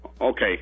okay